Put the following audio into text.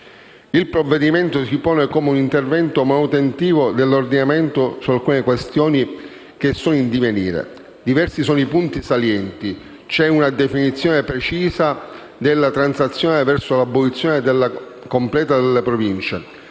Il provvedimento si pone come un intervento manutentivo dell'ordinamento su alcune questioni che sono in divenire. Diversi sono i punti salienti. C'è una definizione precisa della transizione verso l'abolizione completa delle Province: